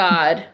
God